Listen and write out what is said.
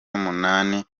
numunani